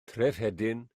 trefhedyn